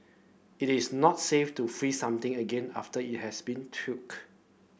it is not safe to freeze something again after it has been